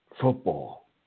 Football